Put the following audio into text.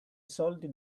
soldi